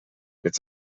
mit